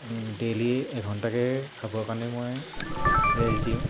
daily এঘণ্টাকৈ খাবৰ কাৰণে মই ৰেজ দিওঁ